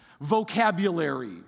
vocabulary